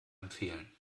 empfehlen